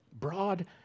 Broad